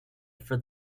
for